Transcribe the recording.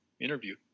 interview